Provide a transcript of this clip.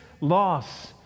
loss